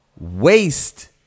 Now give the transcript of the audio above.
waste